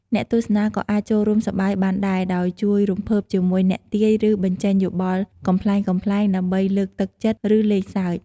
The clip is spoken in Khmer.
អ្នកទស្សនាក៏អាចចូលរួមសប្បាយបានដែរ ដោយជួយរំភើបជាមួយអ្នកទាយ ឬបញ្ចេញយោបល់កំប្លែងៗ ដើម្បីលើកទឹកចិត្ត ឬលេងសើច។